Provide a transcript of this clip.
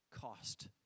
cost